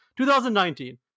2019